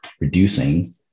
reducing